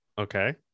Okay